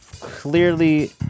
clearly